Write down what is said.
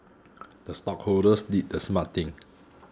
the stockholders did the smart thing